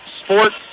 sports